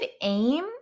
aim